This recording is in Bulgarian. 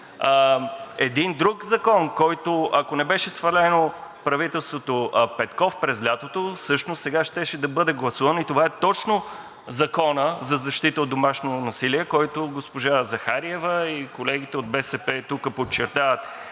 Един друг закон, който, ако не беше свалено правителството Петков през лятото, всъщност сега щеше да бъде гласуван и това е точно Законът за защита от домашното насилие, който госпожа Захариева и колегите от БСП тук подчертават.